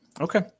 Okay